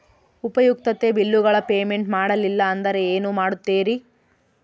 ಉಪಯುಕ್ತತೆ ಬಿಲ್ಲುಗಳ ಪೇಮೆಂಟ್ ಮಾಡಲಿಲ್ಲ ಅಂದರೆ ಏನು ಮಾಡುತ್ತೇರಿ?